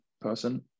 person